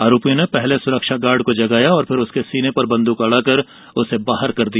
आरोपियो ने पहले सुरक्षा गार्ड को जगाया और फिर उसके सीने पर बंद्रक अड़ाकर उसे बाहर कर दिया